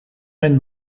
mijn